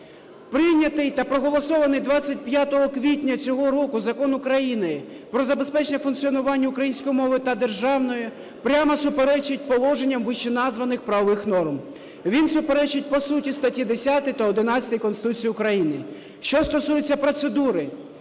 Прийнятий та проголосований 25 квітня цього року Закон України "Про забезпечення функціонування української мови як державної" прямо суперечить положенням вищеназваних правових норм, він суперечить по суті статті 10-й та 11-й Конституції України. Що стосується процедури.